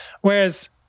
Whereas